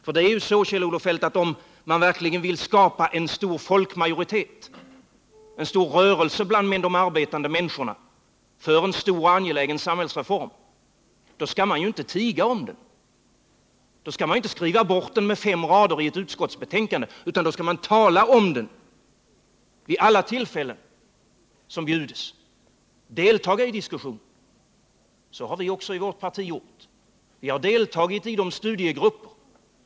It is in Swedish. För det är ju så, Kjell-Olof Feldt, att om man verkligen vill skapa en stor folk majoritet, en stor rörelse bland de arbetande människorna för en stor och angelägen samhällsreform, så skall man inte tiga om den, då skall man inte skriva bort den med fem rader i ett utskottsbetänkande, utan då skall man tala om den vid alla tillfällen som bjuds, delta i diskussionen. Så har vi också gjort i vårt parti.